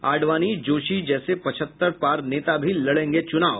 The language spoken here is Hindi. अडवाणी जोशी जैसे पहचत्तर पार नेता भी लड़ेंगे चुनाव